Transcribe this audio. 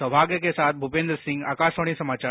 सौभाग्य के साथ भूपेन्द्र सिंह आकाशवाणी समाचार